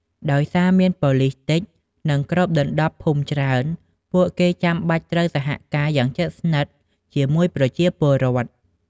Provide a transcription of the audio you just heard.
ដោយសារមាន ប៉ូលិសតិច និងគ្របដណ្ដប់ភូមិច្រើន ពួកគេចាំបាច់ត្រូវសហការយ៉ាងជិតស្និទ្ធជាមួយប្រជាពលរដ្ឋ។